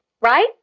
Right